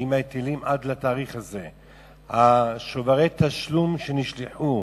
האם ההיטלים עד התאריך הזה, שוברי התשלום שנשלחו